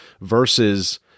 versus